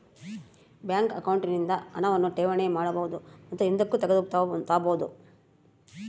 bank account ನಿಂದ ಹಣವನ್ನು ಠೇವಣಿ ಮಾಡಬಹುದು ಮತ್ತು ಹಿಂದುಕ್ ತಾಬೋದು